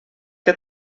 què